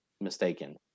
mistaken